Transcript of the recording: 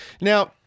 Now